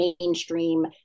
mainstream